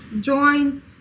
join